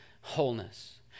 wholeness